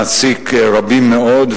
מעסיק רבים מאוד,